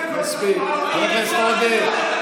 חבר הכנסת עודה,